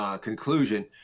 conclusion